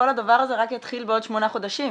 כל הדבר הזה רק יתחיל בעוד שמונה חודשים.